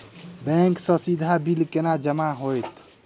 Bank सँ सीधा bill केना जमा होइत?